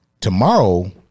tomorrow